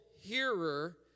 hearer